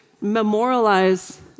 memorialize